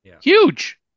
Huge